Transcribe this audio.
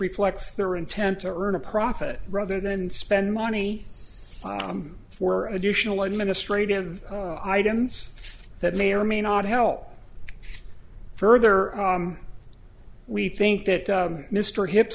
reflects their intent to earn a profit rather than spend money for additional administrative items that may or may not help further we think that mr hips